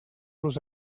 los